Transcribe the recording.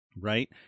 right